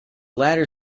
latter